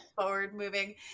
forward-moving